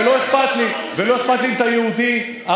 ולא אכפת אם אתה יהודי,